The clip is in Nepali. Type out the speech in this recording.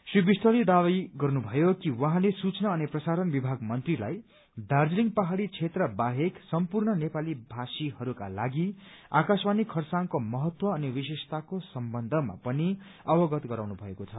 श्री विष्टले दावी गर्नुभयो कि उहाँले सूचना अनि प्रसारण विभाग मन्त्रीलाई दार्जीलिङ पहाड़ी क्षेत्र बाहेक सम्पूर्ण नेपाली भाषीहरूका लागि आकाशवाणी खरसाङको महत्व अनि विशेषताको सम्बन्धमा पनि अवगत गराउनु भएको छ